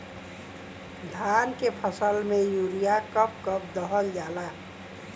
धान के फसल में यूरिया कब कब दहल जाला?